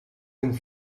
een